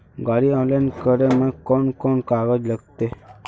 गाड़ी ऑनलाइन करे में कौन कौन कागज लगते?